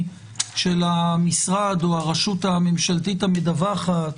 של המשרד או הרשות הממשלתית המדווחת,